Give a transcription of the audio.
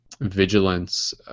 vigilance